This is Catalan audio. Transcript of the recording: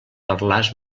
parlars